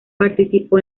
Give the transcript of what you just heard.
participó